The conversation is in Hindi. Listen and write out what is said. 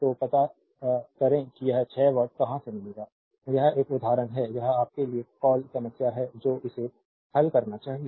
तो पता करें कि यह 6 वाट कहां से मिलेगा यह एक उदाहरण है यह आपके लिए कॉल समस्या है जो इसे हल करना चाहिए